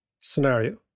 scenario